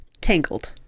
Tangled